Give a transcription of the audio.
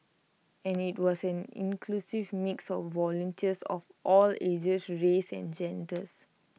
and IT was an inclusive mix of volunteers of all ages races and genders